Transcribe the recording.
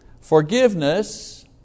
Forgiveness